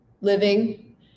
living